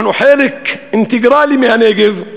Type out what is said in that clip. אנחנו חלק אינטגרלי מהנגב,